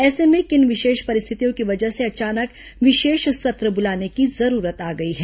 ऐसे में किन विशेष परिस्थितियों की वजह से अचानक विशेष सत्र बुलाने की जरूरत आ गई है